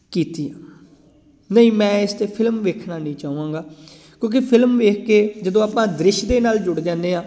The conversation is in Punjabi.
ਕੀਤੀ ਆ ਨਹੀਂ ਮੈਂ ਇਸ 'ਤੇ ਫਿਲਮ ਵੇਖਣਾ ਨਹੀਂ ਚਾਹਵਾਂਗਾ ਕਿਉਂਕਿ ਫਿਲਮ ਵੇਖ ਕੇ ਜਦੋਂ ਆਪਾਂ ਦ੍ਰਿਸ਼ ਦੇ ਨਾਲ ਜੁੜ ਜਾਂਦੇ ਹਾਂ